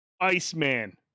Iceman